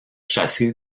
chassé